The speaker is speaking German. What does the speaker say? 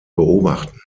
beobachten